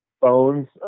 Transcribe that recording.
phones